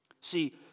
See